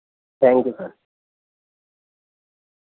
thank you sir